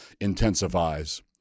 intensifies